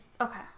Okay